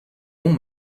long